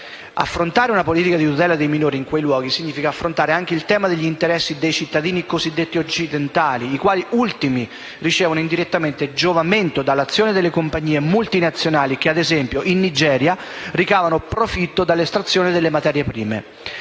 Affrontare una politica di tutela dei minori in quei luoghi significa affrontare anche il tema degli interessi dei cittadini cosiddetti occidentali, i quali ultimi ricevono indirettamente giovamento dall'azione delle compagnie multinazionali che ad esempio, in Nigeria, ricavano profitto dall'estrazione delle materie prime.